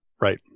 right